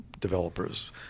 developers